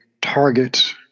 target